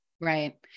Right